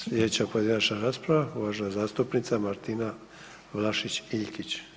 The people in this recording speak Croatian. Slijedeća pojedinačna rasprava, uvažena zastupnica Martina Vlašić Iljkić.